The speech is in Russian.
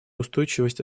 устойчивость